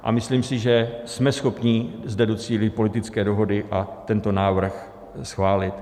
A myslím si, že jsme schopni zde docílit politické dohody a tento návrh schválit.